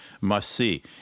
must-see